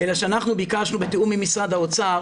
אלא שאנחנו ביקשנו בתיאום עם משרד האוצר